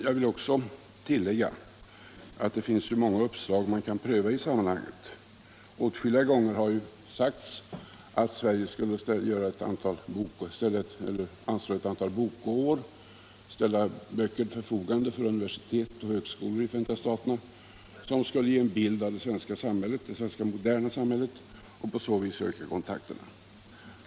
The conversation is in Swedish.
Jag vill också tillägga att det finns många uppslag man kan pröva i sammanhanget. Åtskilliga gånger har ju sagts att Sverige skulle anslå ett antal bokgåvor, ställa böcker till förfogande för universitet och högskolor i Förenta staterna för att ge en bild av det svenska moderna samhället och på så sätt öka kontakterna.